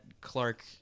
Clark